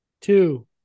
two